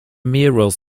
murals